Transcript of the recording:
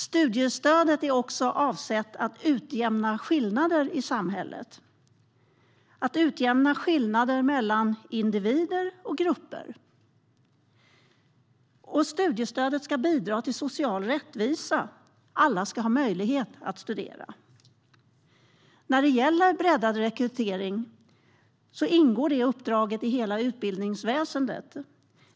Studiestödet är också avsett att utjämna skillnader i samhället mellan individer och grupper. Studiestödet ska bidra till social rättvisa. Alla ska ha möjlighet att studera. Uppdraget om breddad rekrytering ingår i hela utbildningsväsendet.